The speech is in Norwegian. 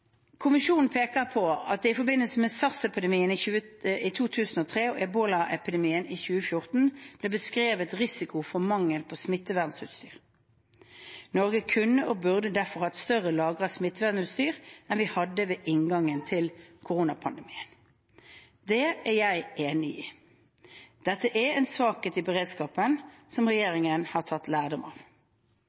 Kommisjonen peker på at det i forbindelse med sars-epidemien i 2003 og ebola-epidemien i 2014 ble beskrevet risiko for mangel på smittevernutstyr. Norge kunne og burde derfor hatt større lagre av smittevernutstyr enn vi hadde ved inngangen til koronapandemien. Det er jeg enig i. Dette er en svakhet i beredskapen som regjeringen har tatt lærdom av.